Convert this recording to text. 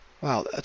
Wow